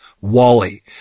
Wally